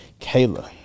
Kayla